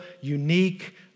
unique